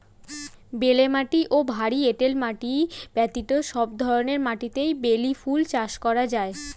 বেলে মাটি ও ভারী এঁটেল মাটি ব্যতীত সব ধরনের মাটিতেই বেলি ফুল চাষ করা যায়